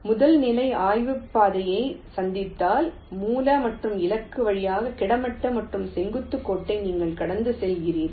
முதல் நிலை ஆய்வுகள் பாதையை சந்தித்தால் மூல மற்றும் இலக்கு வழியாக கிடைமட்ட மற்றும் செங்குத்து கோட்டை நீங்கள் கடந்து செல்கிறீர்கள்